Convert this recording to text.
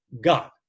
God